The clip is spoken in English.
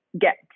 get